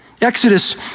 Exodus